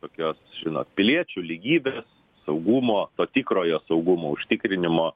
tokios žinot piliečių lygybės saugumo to tikrojo saugumo užtikrinimo